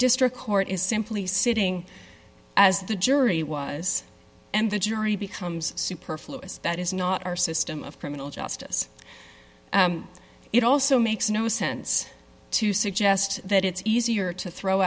district court is simply sitting as the jury was and the jury becomes superfluous that is not our system of criminal justice it also makes no sense to suggest that it's easier to throw